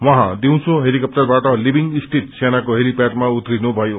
उहाँ दिउँसो हेलिकप्टरबाट लिबिंग स्थिल सेनाको हेलिक्टरमा उत्रिनुभयो